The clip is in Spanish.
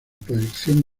proyección